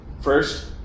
First